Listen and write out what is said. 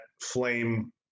flame